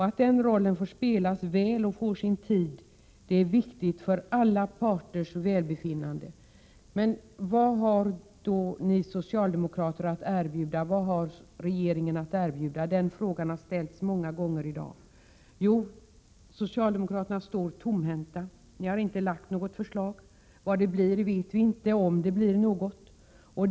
Att den rollen får spelas väl och får sin tid är viktigt för alla parters välbefinnande. Vad har då ni socialdemokrater och regeringen att erbjuda? Den frågan har ställts många gånger i dag. Jo, ni står tomhänta. Ni har inte lagt fram något förslag, och vi vet inte heller om det blir något.